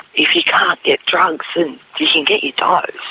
if you can't get drugs and you can get your dose,